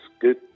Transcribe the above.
good